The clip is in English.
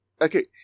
okay